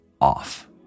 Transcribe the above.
off